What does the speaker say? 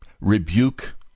rebuke